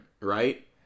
Right